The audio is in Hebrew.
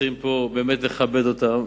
וצריכים פה באמת לכבד אותם,